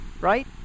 Right